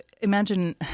imagine